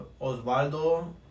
Osvaldo